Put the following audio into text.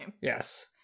Yes